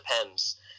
depends